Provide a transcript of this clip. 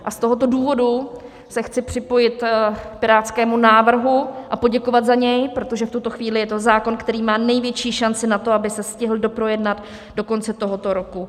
Z tohoto důvodu se chci připojit k pirátskému návrhu a poděkovat za něj, protože v tuto chvíli je to zákon, který má největší šanci na to, aby se stihl doprojednat do konce tohoto roku.